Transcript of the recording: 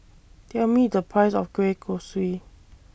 Tell Me The Price of Kueh Kosui